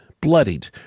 bloodied